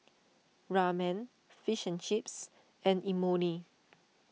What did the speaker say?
Ramen Fish and Chips and Imoni